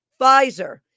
Pfizer